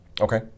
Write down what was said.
Okay